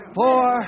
four